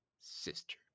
Sister